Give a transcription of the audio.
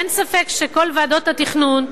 אין ספק שכל ועדות התכנון,